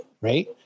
right